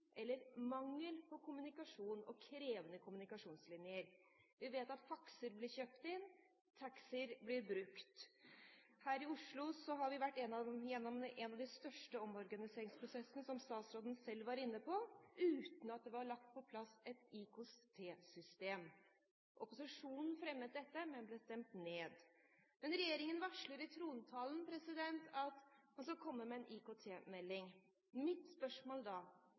eller mangel på kommunikasjon – og krevende kommunikasjonslinjer. Vi vet at fakser blir kjøpt inn, taxi blir brukt. Her i Oslo har vi vært gjennom en av de største omorganiseringsprosessene, som statsråden selv var inne på, uten at det var lagt på plass et IKT-system. Opposisjonen fremmet forslag om dette, men ble stemt ned. Regjeringen varsler i trontalen at man skal komme med en IKT-melding. Mitt spørsmål er da